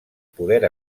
poder